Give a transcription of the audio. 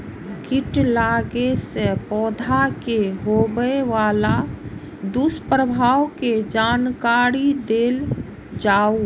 कीट लगेला से पौधा के होबे वाला दुष्प्रभाव के जानकारी देल जाऊ?